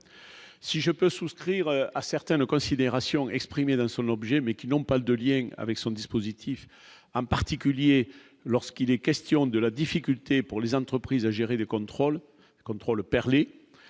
si je peux souscrire à certaines considérations exprimée dans son objet, mais qui n'ont pas de lien avec son dispositif en particulier lorsqu'il est question de la difficulté pour les entreprises à gérer les contrôle, contrôle perlé,